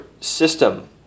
system